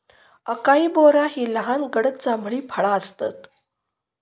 acai berry ही लहान गडद जांभळी फळा आसतत